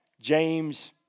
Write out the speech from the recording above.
James